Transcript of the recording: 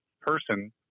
person